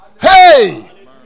Hey